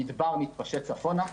המדבר מתפשט צפונה,